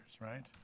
right